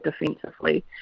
defensively